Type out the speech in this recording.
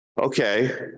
Okay